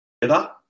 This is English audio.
together